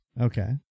okay